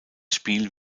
spiel